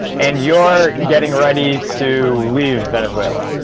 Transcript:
and you're getting ready to leave venezuela,